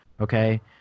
okay